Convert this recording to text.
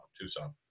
Tucson